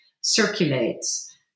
circulates